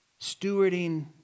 stewarding